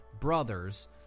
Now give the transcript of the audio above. brothers